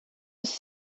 was